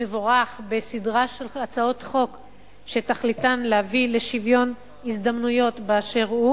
מבורך בסדרה של הצעות חוק שתכליתן להביא לשוויון הזדמנויות באשר הוא.